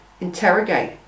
interrogate